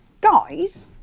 Guys